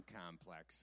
complex